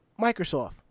Microsoft